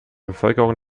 bevölkerung